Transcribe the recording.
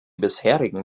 bisherigen